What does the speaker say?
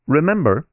Remember